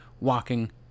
walking